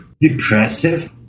depressive